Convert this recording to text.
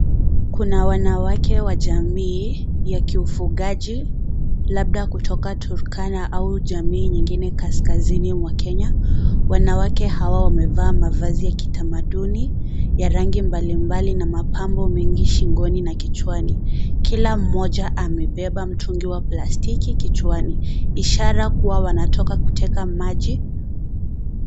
Kuna wanawake wa jamii ya kiufugaji labda kutoka Turkana au jamii nyingie za kaskazini wa kenya , wanawake hawa wamevaa mavazi ya kitamaduni ya rangi mbalimbali na mapambo mengi shingoni na kichwani. KIla mmoja amebeba mtungi wa plastiki kichwani , ishara kuwa wanatoka kuteka maji.